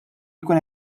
jkun